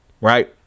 right